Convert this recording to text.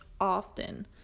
often